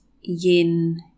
yin